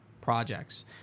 projects